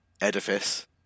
Edifice